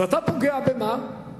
אז אתה פוגע במה?